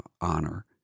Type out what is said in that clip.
honor